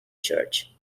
church